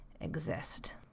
exist